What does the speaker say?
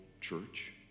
church